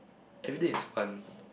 everyday is fun